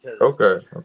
Okay